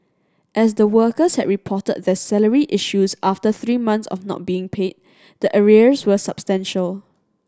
as the workers had reported their salary issues after three months of not being paid the arrears were substantial